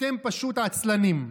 אתם פשוט עצלנים.